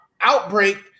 outbreak